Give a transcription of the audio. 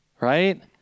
right